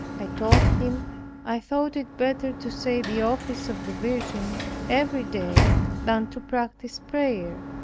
i told him i thought it better to say the office of the virgin every day than to practice prayer